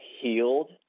healed